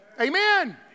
Amen